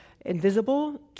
invisible